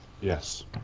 Yes